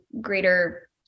greater